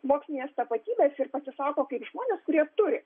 mokslinės tapatybės ir pasisako kaip žmonės kurie turi